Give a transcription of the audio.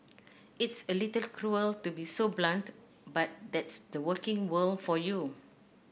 it's a little cruel to be so blunt but that's the working world for you